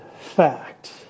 fact